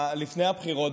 לפני הבחירות,